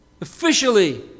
officially